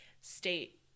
state